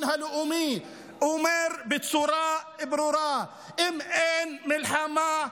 הלאומי אמר בצורה ברורה: אם אין מלחמה,